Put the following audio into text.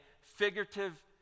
figurative